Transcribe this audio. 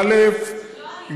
הוציאו את זה לתקשורת,